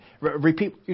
Repeat